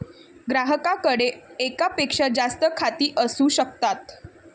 ग्राहकाकडे एकापेक्षा जास्त खाती असू शकतात